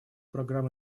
программ